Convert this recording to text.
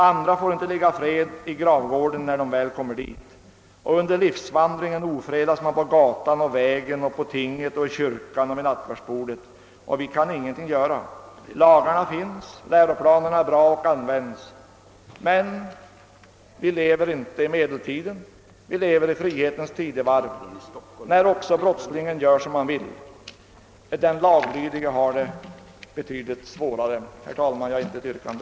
Andra får inte ligga i fred under gravvården när de väl kommer dit, och under livsvandringen ofredas man på gatan och vägen, på tinget, i kyrkan och vid nattvardsbordet. Och vi kan ingenting göra. Lagarna finns, läroplanerna är bra och användes, men vi lever inte i medeltiden. Vi lever i frihetens tidevarv när också brottslingen gör som han vill. Den laglydige har det betydligt svårare. Herr talman! Jag har intet yrkande.